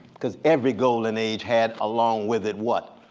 because every golden age had along with it, what?